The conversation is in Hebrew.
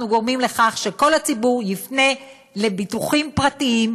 אנחנו גורמים לכך שכל הציבור יפנה לביטוחים פרטיים,